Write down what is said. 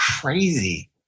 Crazy